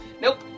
Nope